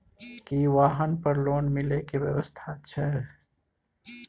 की वाहन पर लोन मिले के व्यवस्था छै?